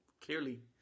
clearly